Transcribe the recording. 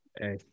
Hey